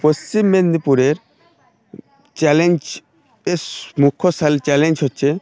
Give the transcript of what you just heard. পশ্চিম মেদিনীপুরের চ্যালেঞ্জ এস মুখ্য চ্যালেঞ্জ হচ্ছে